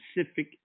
specific